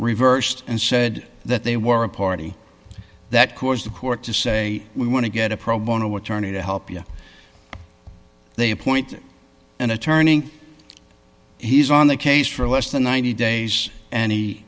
reversed and said that they were a party that course the court to say we want to get a pro bono we're turning to help you they appoint an attorney he's on the case for less than ninety days an